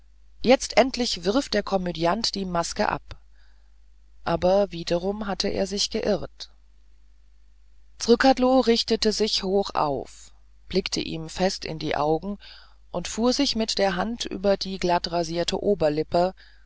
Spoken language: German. jetzt endlich wirft der komödiant die maske ab aber wiederum hatte er sich geirrt zrcadlo richtete sich hoch auf blickte ihm fest in die augen und fuhr sich mit der hand über die glattrasierte oberlippe